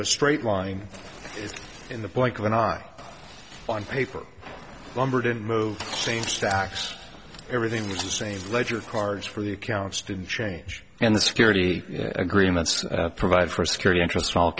to straight lying in the point of an eye on paper lumber didn't move same stacks everything was the same ledger cards for the accounts didn't change and the security agreements provide for security interest all